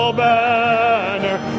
banner